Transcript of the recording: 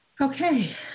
Okay